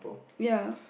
ya